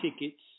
tickets